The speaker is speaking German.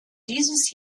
dieses